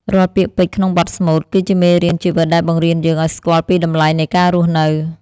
រាល់ពាក្យពេចន៍ក្នុងបទស្មូត គឺជាមេរៀនជីវិតដែលបង្រៀនយើងឱ្យស្គាល់ពីតម្លៃនៃការរស់នៅ។